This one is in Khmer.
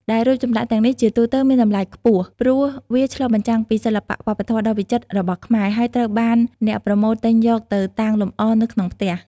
ដែលរូបចម្លាក់ទាំងនេះជាទូទៅមានតម្លៃខ្ពស់ ព្រោះវាឆ្លុះបញ្ចាំងពីសិល្បៈវប្បធម៌ដ៏វិចិត្ររបស់ខ្មែរ ហើយត្រូវបានអ្នកប្រមូលទិញយកទៅតាំងលម្អនៅក្នុងផ្ទះ។